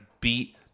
beat